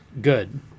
Good